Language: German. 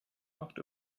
acht